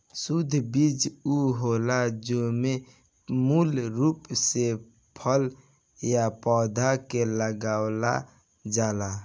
शुद्ध बीज उ होला जेमे मूल रूप से फल या पौधा के लगावल जाला